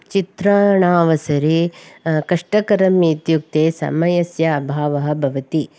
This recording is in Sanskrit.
चित्राणावसरे कष्टकरम् इत्युक्ते समयस्य अभावः भवति